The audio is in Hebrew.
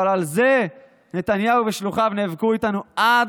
אבל על זה נתניהו ושלוחיו נאבקו איתנו עד